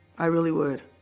i really would